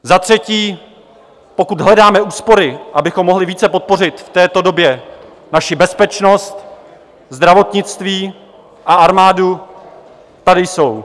Za třetí, pokud hledáme úspory, abychom mohli více podpořit v této době naši bezpečnost, zdravotnictví a armádu, tady jsou.